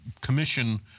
commission